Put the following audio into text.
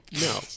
No